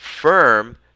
firm